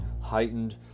heightened